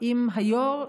עם היו"ר,